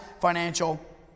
financial